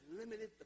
limited